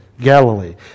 Galilee